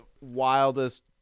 wildest